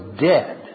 dead